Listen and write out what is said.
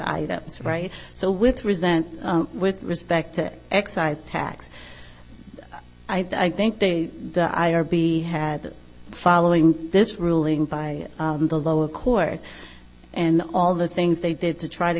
that's right so with resent with respect to excise tax i think they the i r b had following this ruling by the lower court and all the things they did to try to